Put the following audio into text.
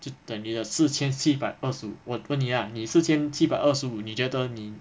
就等于了四千七百二十五我问你 lah 你四千七百二十五你觉得你